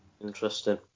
Interesting